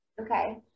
okay